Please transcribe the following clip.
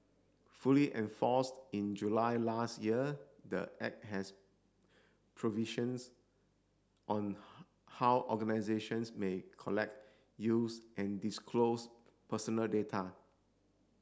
fully enforced in July last year the Act has provisions on how organisations may collect use and disclose personal data